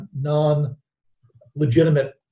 non-legitimate